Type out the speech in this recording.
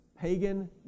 pagan